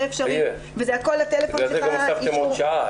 לכן גם הוספתם עוד שעה.